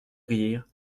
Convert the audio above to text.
rire